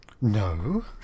No